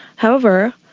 however,